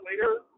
later